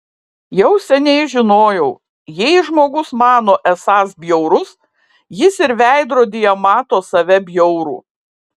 jau seniai žinojau jei žmogus mano esąs bjaurus jis ir veidrodyje mato save bjaurų